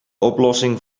oplossing